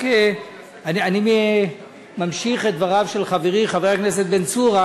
אני ממשיך את דבריו של חברי חבר הכנסת בן צור.